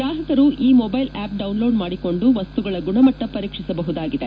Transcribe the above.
ಗ್ರಾಹಕರು ಈ mobile app download ಮಾಡಿಕೊಂಡು ವಸ್ತುಗಳ ಗುಣಮಟ್ಟ ವರೀಕ್ಷಿಸಬಹುದಾಗಿದೆ